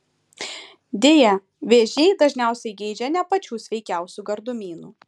deja vėžiai dažniausiai geidžia ne pačių sveikiausių gardumynų